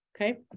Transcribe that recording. Okay